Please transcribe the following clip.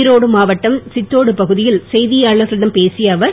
ஈரோடு மாவட்டம் சித்தோடு பகுதியில் செய்தியாளர்களிடம் பேசிய அவர்